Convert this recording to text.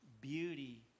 beauty